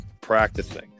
practicing